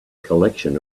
collection